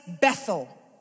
Bethel